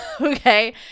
okay